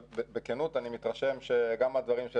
אבל בכנות אני מתרשם גם מהדברים של